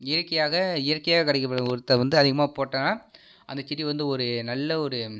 இயற்கையாக இயற்கையாக கிடைக்கப்பட்ற உரத்தை வந்து அதிகமாக போட்டா தான் அந்த செடி வந்து ஒரு நல்ல ஒரு